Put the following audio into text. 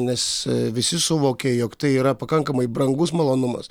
nes visi suvokia jog tai yra pakankamai brangus malonumas